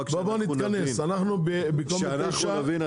אז אני צריך להתקדם בתהליך שאני לא מחויב אליו?